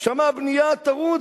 שם הבנייה תרוץ.